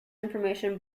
information